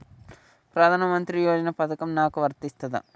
ప్రధానమంత్రి యోజన పథకం నాకు వర్తిస్తదా?